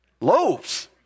loaves